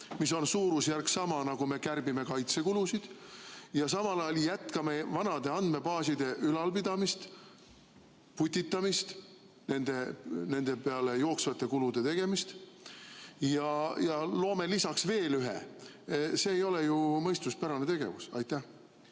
mis on suurusjärgus sama palju, nagu me kärbime kaitsekulusid, ja samal ajal jätkame vanade andmebaaside ülalpidamist, putitamist, nende peale jooksvate kulutuste tegemist. Ja loome lisaks veel ühe [andmebaasi]. See ei ole ju mõistuspärane tegevus. Aitäh,